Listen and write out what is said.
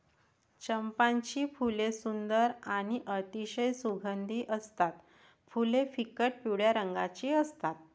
चंपाची फुले सुंदर आणि अतिशय सुगंधी असतात फुले फिकट पिवळ्या रंगाची असतात